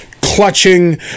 clutching